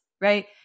right